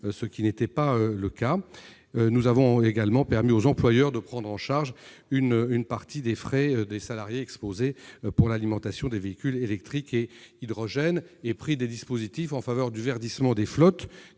ce qui n'était pas le cas jusqu'à présent. Nous avons également permis aux employeurs de prendre en charge une partie des frais engagés par les salariés pour l'alimentation des véhicules électriques ou à hydrogène et adopté des dispositifs en faveur du verdissement des flottes